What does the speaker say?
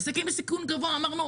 אמרנו,